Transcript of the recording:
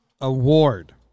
Award